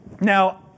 Now